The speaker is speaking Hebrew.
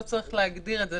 לא צריך להגדיר את זה.